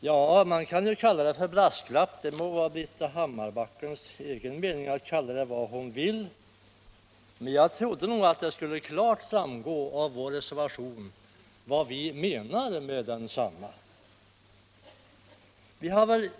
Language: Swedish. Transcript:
Ja, man kan ju kalla det för brasklapp — Britta Hammarbacken må kalla det vad hon vill. Men jag trodde nog att det klart skulle framgå av vår reservation vad vi menar med densamma.